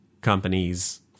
companies